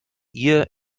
ihr